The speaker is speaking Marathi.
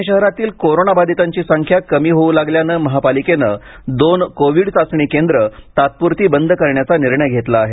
पुणे शहरातील कोरोना बाधितांची संख्या कमी होऊ लागल्याने महापालिकेने दोन करोना चाचणी केंद्रे तात्पुरते बंद करण्याचा निर्णय घेतला आहे